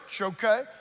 okay